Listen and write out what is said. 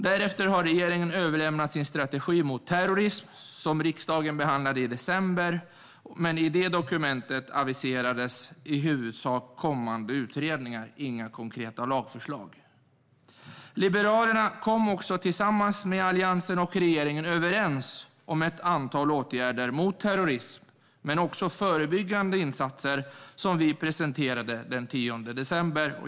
Därefter överlämnade regeringen sin strategi mot terrorism, som riksdagen behandlade i december. Men i det dokumentet var det i huvudsak kommande utredningar som aviserades, inte några konkreta lagförslag. Liberalerna och Alliansen kom överens med regeringen om ett antal åtgärder mot terrorism men också förebyggande insatser, som vi presenterade den 10 december.